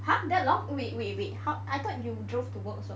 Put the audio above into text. !huh! that long wait wait wait !huh! I thought you drove to work also